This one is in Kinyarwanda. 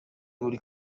buri